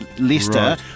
Leicester